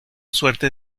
suerte